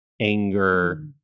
anger